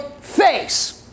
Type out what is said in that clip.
face